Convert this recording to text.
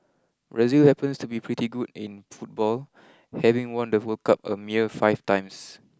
Brazil happens to be pretty good in football having won the World Cup a mere five times